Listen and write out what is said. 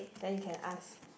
then you can ask